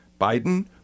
Biden